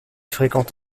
fréquente